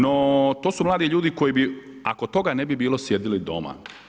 No to su mladi ljudi koji bi, ako toga ne bi bilo sjedili doma.